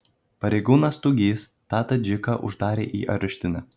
pareigūnas stugys tą tadžiką uždarė į areštinę